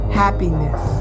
happiness